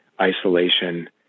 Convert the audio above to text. isolation